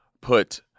put